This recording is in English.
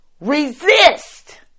Resist